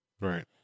Right